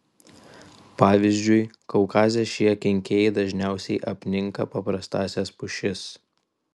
pavyzdžiui kaukaze šie kenkėjai dažniausiai apninka paprastąsias pušis